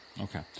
Okay